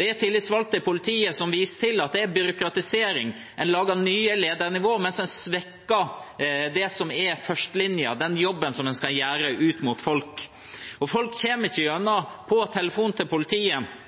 Tillitsvalgte i politiet viser til at det er byråkratisering. En lager nye ledernivåer, mens en svekker førstelinjen – den jobben en skal gjøre ut mot folk. Folk kommer ikke gjennom på telefon til politiet,